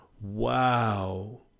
wow